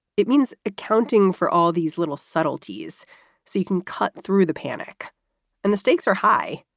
it means accounting for all these little subtleties so you can cut through the panic and the stakes are high.